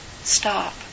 Stop